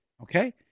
okay